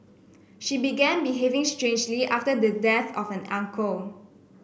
she began behaving strangely after the death of an uncle